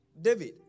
David